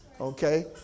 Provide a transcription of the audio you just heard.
Okay